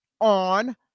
on